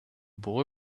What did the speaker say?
boy